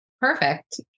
Perfect